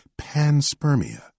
panspermia